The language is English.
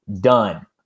done